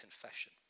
confession